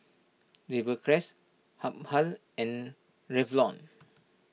Rivercrest Habhal and Revlon